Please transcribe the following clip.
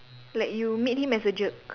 like you meet him as a jerk